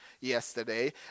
yesterday